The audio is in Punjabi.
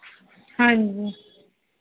ਹਾਂਜੀ